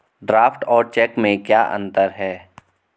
Draft और cheque में क्या अंतर है?